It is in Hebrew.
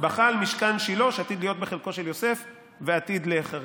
בכה על משכן שילה שעתיד להיות בחלקו של יוסף ועתיד ליחרב".